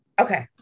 okay